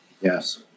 yes